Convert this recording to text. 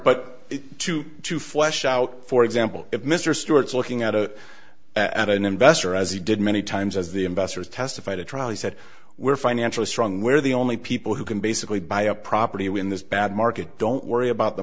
but to to flesh out for example if mr stewart's looking at a at an investor as he did many times as the investors testified at trial he said we're financially strong we're the only people who can basically buy a property when this bad market don't worry about the